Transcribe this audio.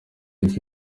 yacu